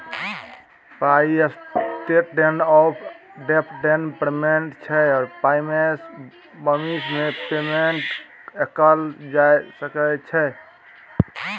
पाइ standard of deferred payment छै पाइसँ भबिस मे पेमेंट कएल जा सकै छै